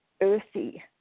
earthy